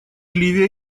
ливия